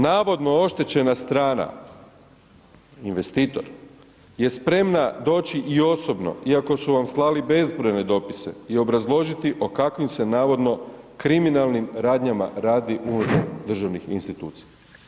Navodno oštećena strana, investitor je spremna doći i osobno, iako su vam slali bezbrojne dopise i obrazložiti o kakvim se, navodno, kriminalnim radnjama radi unutar državnih institucija.